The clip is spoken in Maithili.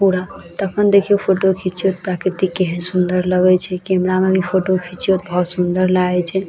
पूरा तखन देखियौ फोटो खिचियौ प्रकृति केहन सुन्दर लगैत छै कि नहि नहि मने फोटो खिचियौ बहुत सुन्दर लगै छै